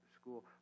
school